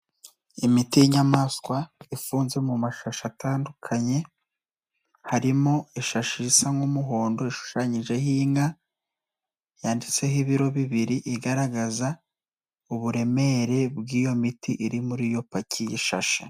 imiti y'inyamaswa, ifunze mu mashashi atandukanye, harimo ishashi isa nk'umuhondo ishushanyijeho inka, yanditseho ibiro bibiri, igaragaza uburemere bw'iyo miti iri muri iyo paki y'ishashi.